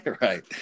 right